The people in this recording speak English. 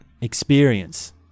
experience